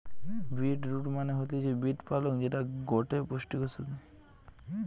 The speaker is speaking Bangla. বিট রুট মানে হতিছে বিট পালং যেটা গটে পুষ্টিকর সবজি